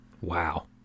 Wow